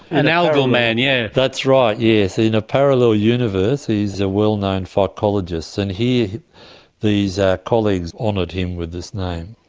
an algal man, yeah that's right, yes. in a parallel universe he is a well-known phycologist, and here these ah colleagues honoured him with this name.